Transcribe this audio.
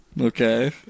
Okay